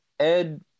ed